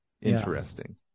interesting